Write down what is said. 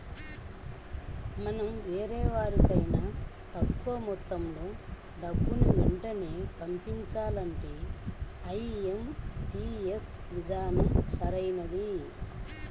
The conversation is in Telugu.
మనం వేరెవరికైనా తక్కువ మొత్తంలో డబ్బుని వెంటనే పంపించాలంటే ఐ.ఎం.పీ.యస్ విధానం సరైనది